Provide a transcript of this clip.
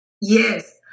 Yes